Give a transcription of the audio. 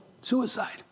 Suicide